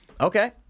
okay